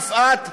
יפעת,